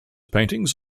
paintings